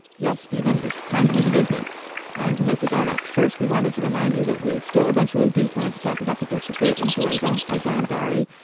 yes, stephen, it's time to do the business. time to make the donuts. first, we wanted to remind you that we still eventually do plan to talk about the book, the great influenza by john barry.